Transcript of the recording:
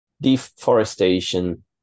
deforestation